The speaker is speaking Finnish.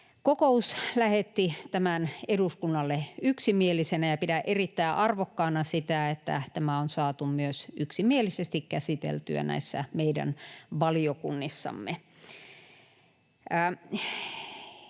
lähetti tämän eduskunnalle yksimielisenä, ja pidän erittäin arvokkaana sitä, että tämä on saatu myös yksimielisesti käsiteltyä näissä meidän valiokunnissamme.